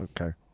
Okay